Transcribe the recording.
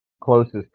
closest